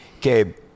Gabe